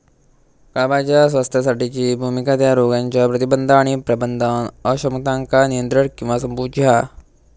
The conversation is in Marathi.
कळपाच्या स्वास्थ्यासाठीची भुमिका त्या रोगांच्या प्रतिबंध आणि प्रबंधन अक्षमतांका नियंत्रित किंवा संपवूची हा